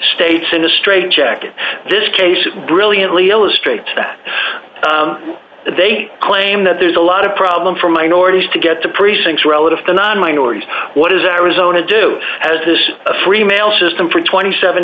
states in a straitjacket this case it brilliantly illustrates that they claim that there's a lot of problem for minorities to get to precincts relative to non minorities what is arizona do has this free mail system for twenty seven